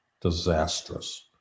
Disastrous